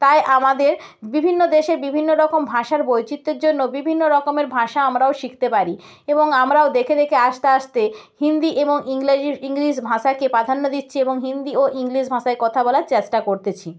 তাই আমাদের বিভিন্ন দেশের বিভিন্ন রকম ভাষার বৈচিত্রের জন্য বিভিন্ন রকমের ভাষা আমরাও শিখতে পারি এবং আমরাও দেখে দেখে আস্তে আস্তে হিন্দি এবং ইংরাজির ইংলিশ ভাষাকে প্রাধান্য দিচ্ছি এবং হিন্দি ও ইংলিশ ভাষায় কথা বলার চেষ্টা করতেছি